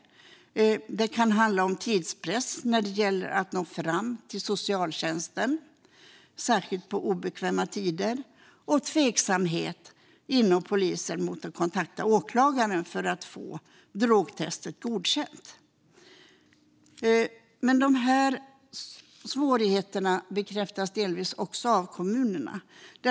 Det kan handla om tidspress när det gäller att nå fram till socialtjänsten, särskilt på obekväma tider, och tveksamhet inom polisen till att kontakta åklagaren för att få drogtestet godkänt. Svårigheterna bekräftas delvis av kommunerna.